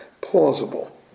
plausible